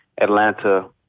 atlanta